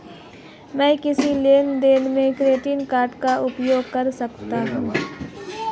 मैं किस लेनदेन में क्रेडिट कार्ड का उपयोग कर सकता हूं?